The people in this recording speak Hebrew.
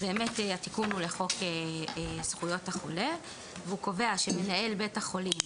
התיקון הוא לחוק זכויות החולה והוא קובע שמנהל בית החולים